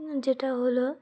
যেটা হলো